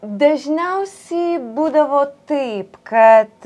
dažniausiai būdavo taip kad